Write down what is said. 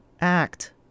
act